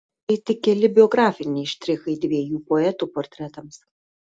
tai tik keli biografiniai štrichai dviejų poetų portretams